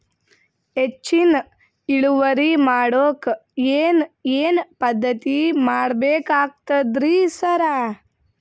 ಹೆಚ್ಚಿನ್ ಇಳುವರಿ ಮಾಡೋಕ್ ಏನ್ ಏನ್ ಪದ್ಧತಿ ಮಾಡಬೇಕಾಗ್ತದ್ರಿ ಸರ್?